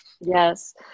Yes